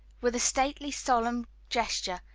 with a stately, solemn gesture,